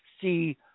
see